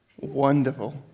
Wonderful